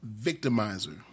victimizer